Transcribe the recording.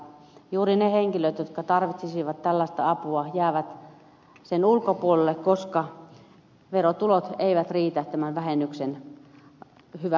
juuri ne henkilöt jotka tarvitsisivat tällaista apua jäävät sen ulkopuolelle koska verotulot eivät riitä tämän vähennyksen hyväksikäyttöön